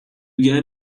get